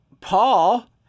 Paul